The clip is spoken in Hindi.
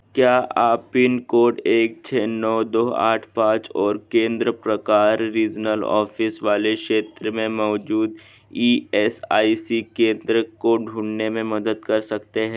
क्या आप पिन कोड एक छः नौ दो आठ पाँच और केंद्र प्रकार रीज़नल ऑफ़िस वाले क्षेत्र में मौजूद ई एस आई सी केंद्र को ढूनने में मदद कर सकते हैं